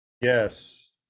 yes